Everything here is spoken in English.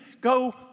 go